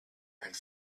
and